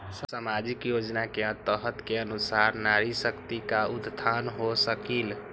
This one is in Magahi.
सामाजिक योजना के तहत के अनुशार नारी शकति का उत्थान हो सकील?